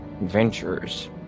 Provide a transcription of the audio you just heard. adventurers